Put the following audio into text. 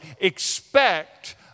expect